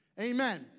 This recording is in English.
Amen